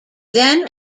then